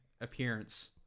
appearance